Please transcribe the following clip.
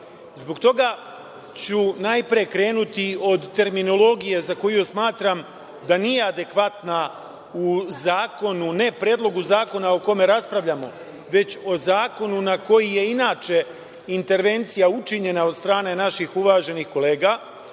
toga ću najpre krenuti od terminologije, za koju smatram da nije adekvatna u zakonu, ne predlogu zakona o kome raspravljamo, već o zakonu na koji je inače intervencija učinjena od strane naših uvaženih kolega